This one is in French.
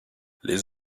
les